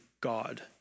God